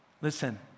Listen